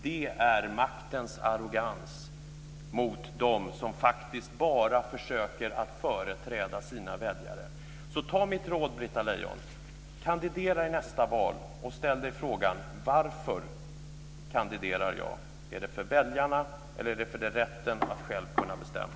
Det är maktens arrogans mot dem som faktiskt bara försöker att företräda sina väljare. Så ta mitt råd, Britta Lejon. Kandidera i nästa val och ställ frågan: Varför kandiderar jag? Är det för väljarna, eller är det för rätten att själv kunna bestämma?